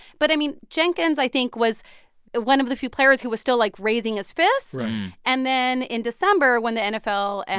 but, i mean, jenkins, i think, was one of the few players who was still, like, raising his fist right and then in december when the nfl. and